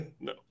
No